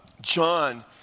John